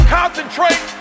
concentrate